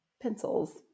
pencils